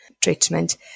treatment